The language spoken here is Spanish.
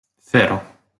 cero